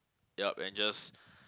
yep and just